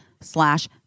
slash